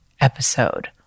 episode